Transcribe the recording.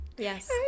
Yes